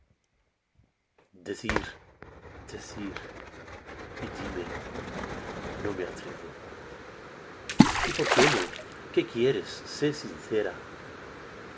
decir decir y díme no me atrevo y por qué no qué quiéres sé sincera